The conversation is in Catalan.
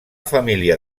família